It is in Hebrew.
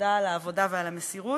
תודה על העבודה ועל המסירות.